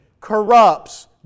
corrupts